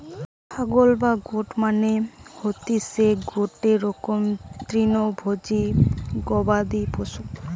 ছাগল বা গোট মানে হতিসে গটে রকমের তৃণভোজী গবাদি পশু